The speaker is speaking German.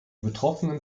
betroffenen